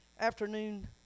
afternoon